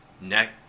Next